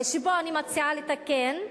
שפה אני מציעה לתקן,